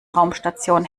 raumstation